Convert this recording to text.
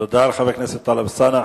תודה לחבר הכנסת אלסאנע.